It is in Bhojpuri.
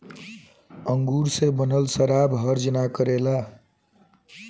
अंगूर से बनल शराब हर्जा ना करेला